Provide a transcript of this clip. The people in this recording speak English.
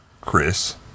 Chris